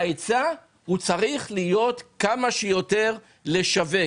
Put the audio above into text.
וההיצע, הוא צריך להיות כמה שיותר לשווק.